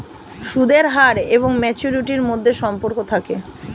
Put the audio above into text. সুদের হার এবং ম্যাচুরিটির মধ্যে সম্পর্ক থাকে